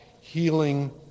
healing